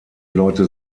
leute